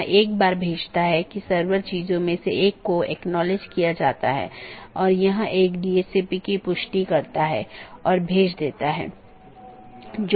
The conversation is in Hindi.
इसलिए पथ को गुणों के प्रकार और चीजों के प्रकार या किस डोमेन के माध्यम से रोका जा रहा है के रूप में परिभाषित किया गया है